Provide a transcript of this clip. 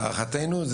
להערכתנו,